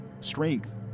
strength